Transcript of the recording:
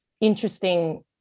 interesting